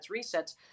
resets